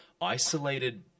isolated